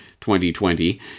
2020